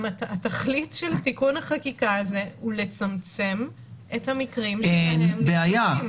התכלית של תיקון החקיקה הזה הוא לצמצם את המקרים שבהם --- בעיה.